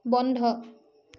বন্ধ